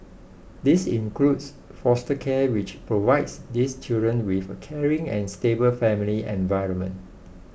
this includes foster care which provides these children with a caring and stable family environment